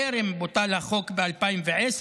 טרם בוטל החוק ב-2010,